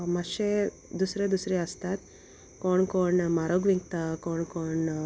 मातशे दुसरे दुसरे आसतात कोण कोण म्हारोग विकता कोण कोण